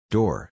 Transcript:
Door